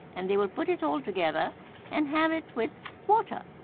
and they will put it all together and have it with water.